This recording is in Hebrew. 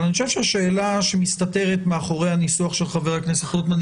אבל אני חושב שהשאלה שמסתתרת מאחורי הניסוח של חבר הכנסת רוטמן,